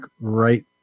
right